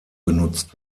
genutzt